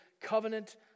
covenant